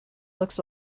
looks